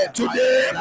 today